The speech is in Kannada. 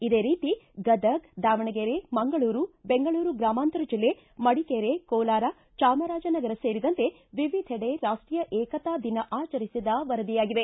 ಇದೇ ರೀತಿ ಗದಗ್ ದಾವಣಗೆರೆ ಮಂಗಳೂರು ಬೆಂಗಳೂರು ಗ್ರಾಮಾಂತರ ಜಿಲ್ಲೆ ಮಡಿಕೇರಿ ಕೋಲಾರ ಚಾಮರಾಜನಗರ ಸೇರಿದಂತೆ ವಿವಿಧೆಡೆ ರಾಷ್ಟೀಯ ಏಕತಾ ದಿನ ಆಚರಿಸಿದ ವರದಿಯಾಗಿವೆ